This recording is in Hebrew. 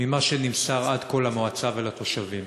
ממה שנמסר עד כה למועצה ולתושבים,